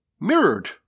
mirrored